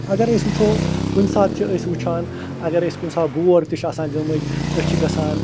اَگر أسۍ وٕچھو کُنہِ ساتہٕ چھِ أسۍ وُچھان اَگر أسۍ کُنہِ ساتہٕ بور تہِ چھِ آسان گٔمٕتۍ أسۍ چھِ گژھان